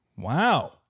Wow